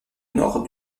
nord